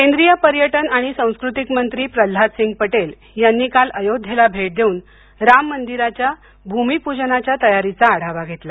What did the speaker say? केंद्रीय पर्यटन आणि संस्कृती मंत्री प्रल्हाद सिंग पटेल यांनी काल अयोध्येला भेट देऊन राम मंदिराच्या भूमीपूजनाच्या तयारीचा आढावा घेतला